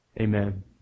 amen